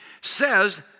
says